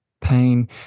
Pain